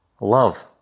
Love